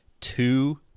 two